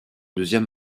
deuxième